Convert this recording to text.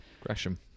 Gresham